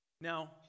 Now